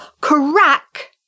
crack